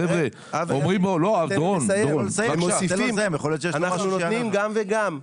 אנחנו נותנים גם וגם.